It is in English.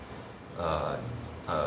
err err